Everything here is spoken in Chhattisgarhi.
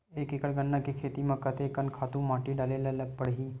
एक एकड़ गन्ना के खेती म कते कन खातु माटी डाले ल पड़ही?